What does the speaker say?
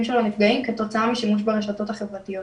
שלו נפגעים כתוצאה משימוש ברשתות החברתיות,